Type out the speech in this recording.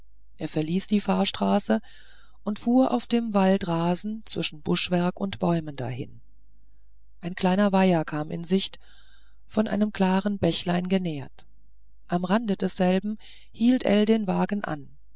er verließ die fahrstraße und fuhr auf dem waldrasen zwischen buschwerk und bäumen dahin ein kleiner weiher kam in sicht von einem klaren bächlein genährt am rande desselben hielt ell den wagen an